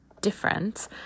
different